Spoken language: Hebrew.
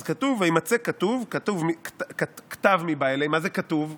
אז כתוב: "וימצא כתוב כתב מיבעי ליה" מה זה "כתוב"?